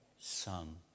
son